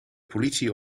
politie